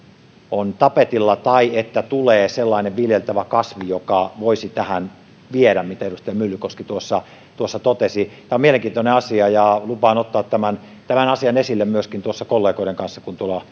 on tapetilla tai tulee sellainen viljeltävä kasvi joka voisi viedä tähän mitä edustaja myllykoski tuossa tuossa totesi tämä on mielenkiintoinen asia ja lupaan ottaa tämän tämän asian esille myöskin kollegoiden kanssa kun tuolla